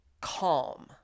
calm